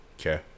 Okay